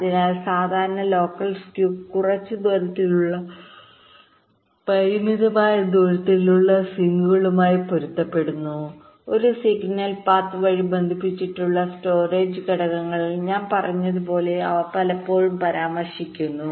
അതിനാൽ സാധാരണ ലോക്കൽ സ്കൂ കുറച്ച് ദൂരത്തിലുള്ള പരിമിതമായ ദൂരത്തിലുള്ള സിങ്കുകളുമായി പൊരുത്തപ്പെടുന്നു ഒരു സിഗ്നൽ പാത്ത്വഴി ബന്ധിപ്പിച്ചിട്ടുള്ള സ്റ്റോറേജ് ഘടകങ്ങൾ ഞാൻ പറഞ്ഞതുപോലെ അവ പലപ്പോഴും പരാമർശിക്കുന്നു